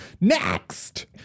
next